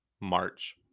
March